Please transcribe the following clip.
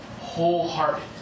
wholehearted